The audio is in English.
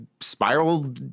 spiral